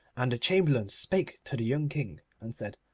and the chamberlain spake to the young king, and said,